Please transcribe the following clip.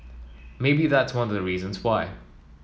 maybe that's one of the reasons why